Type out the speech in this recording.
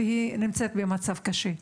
והיא נמצאת במצב קשה.